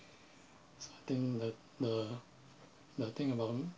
so I think that the the thing about